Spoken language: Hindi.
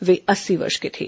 वे अस्सी वर्ष के थे